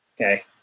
Okay